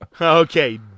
Okay